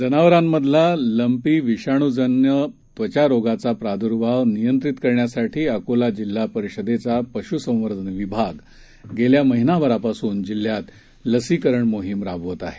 जनावरांमधला lumpy विषाणूजन्य त्वचा रोगाचा प्रादूर्भाव नियंत्रित करण्यासाठी अकोला जिल्हा परिषदेचा पश्संवर्धन विभाग गेल्या महिन्यापासून जिल्ह्यात लसीकरण मोहीम राबवत आहे